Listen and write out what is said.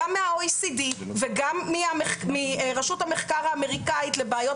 גם מה-OCD וגם מרשות המחקר האמריקאית לבעיות